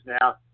now